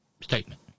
statement